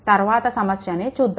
తర్వాత సమస్యని చూద్దాము